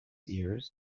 ears